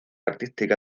artística